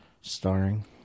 starring